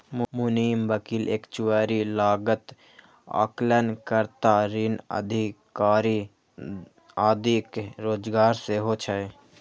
मुनीम, वकील, एक्चुअरी, लागत आकलन कर्ता, ऋण अधिकारी आदिक रोजगार सेहो छै